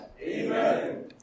Amen